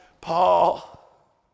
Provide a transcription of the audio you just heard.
Paul